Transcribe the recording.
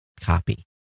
copy